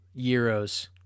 euros